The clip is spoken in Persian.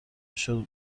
شما